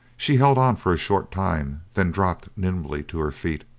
she held on for a short time, then dropped nimbly to her feet,